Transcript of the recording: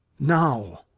now,